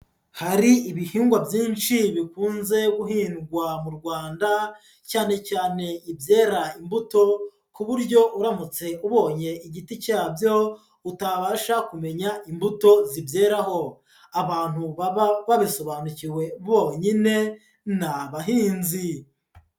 Hari ibihingwa byinshi bikunze guhingwa mu Rwanda, cyane cyane ibyera imbuto ku buryo uramutse ubonye igiti cyabyo, utabasha kumenya imbuto zibyeraho, abantu baba babisobanukiwe bonyine ni abahinzi.